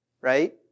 right